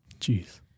Jeez